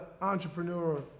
entrepreneur